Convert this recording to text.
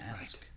ask